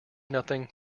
nothing